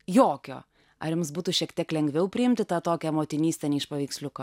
jokio ar jums būtų šiek tiek lengviau priimti tą tokią motinystę ne iš paveiksliuko